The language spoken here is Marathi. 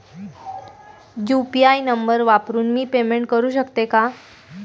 यु.पी.आय नंबर वापरून मी पेमेंट करू शकते का?